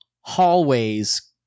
hallways